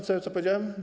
Co powiedziałem?